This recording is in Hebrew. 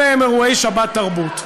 אלה הם אירועי "שבתרבות",